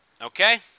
Okay